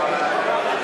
יהדות